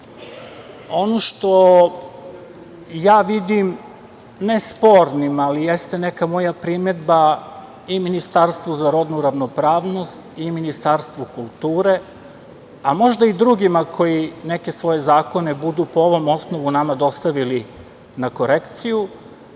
što ja vidim ne spornim, ali jeste neka moja primedba i Ministarstvu za rodnu ravnopravnost i Ministarstvu kulture, a možda i drugima koji neke svoje zakone budu po ovom osnovu nama dostavili na korekciju